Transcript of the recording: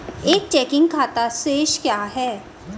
एक चेकिंग खाता शेष क्या है?